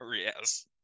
yes